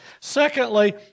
Secondly